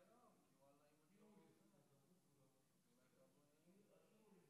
להעביר בהקדם האפשרי כדי לשנות את המאזן במדינת ישראל,